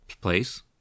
place